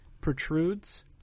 protrudes